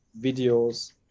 videos